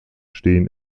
stehen